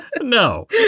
No